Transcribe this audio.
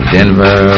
Denver